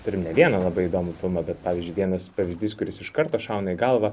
turim ne vieną labai įdomų filmą bet pavyzdžiui vienas pavyzdys kuris iš karto šauna į galvą